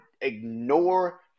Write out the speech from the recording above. ignore